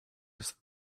his